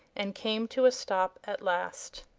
and came to a stop at last.